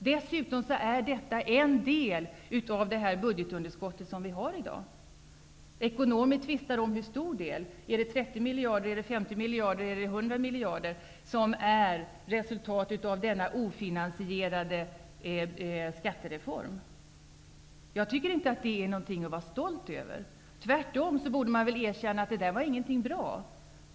Dessutom är detta en av orsakerna till det budgetunderskott som vi har i dag. Ekonomer tvistar om hur stor del -- 30 miljarder, 50 eller 100 miljarder -- som är resultatet av den ofinansierade skattereformen. Jag tycker inte att det är någonting att vara stolt över. Tvärtom borde man erkänna att det inte var bra.